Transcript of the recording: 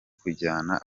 kujyana